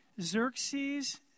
Xerxes